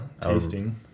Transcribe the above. tasting